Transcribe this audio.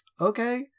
okay